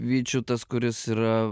vyčiu tas kuris yra